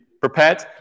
prepared